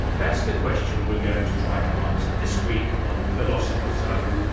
that's the question we're going to try to answer this week on the philosopher's zone.